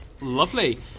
Lovely